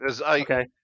Okay